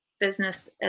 business